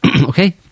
Okay